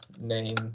name